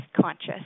conscious